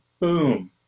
boom